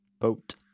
Boat